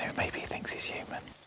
and may be he thinks he is human.